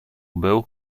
był